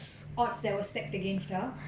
odds that were stacked against her